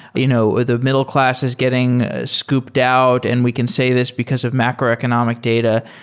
you know ah the middleclasses getting scooped out, and we can say this because of macroeconomic data.